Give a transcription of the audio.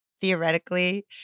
theoretically